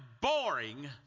boring